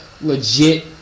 legit